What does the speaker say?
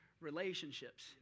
Relationships